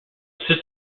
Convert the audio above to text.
sister